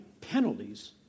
penalties